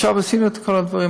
עכשיו, עשינו את כל הדברים.